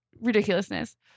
Ridiculousness